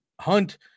Hunt